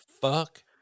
fuck